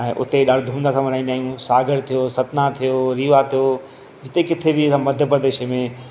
ऐं उते ॾाढो धूम धाम सां मनाईंदा आहियूं सागर थियो सतना थियो रीवा थियो जिते किथे बि असां मध्य प्रदेश में